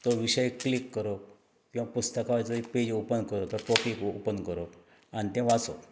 तो विशय क्लीक करप किंवा पुस्तका हाजो एक पेज ओपन करतर टॉपीक ओ ओपन करप आनी तें वाचप